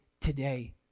today